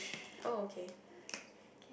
oh okay